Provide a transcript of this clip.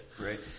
Right